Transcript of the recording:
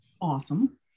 Awesome